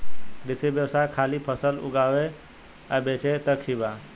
कृषि व्यवसाय खाली फसल उगावे आ बेचे तक ही बा